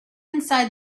inside